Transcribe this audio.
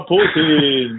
Putin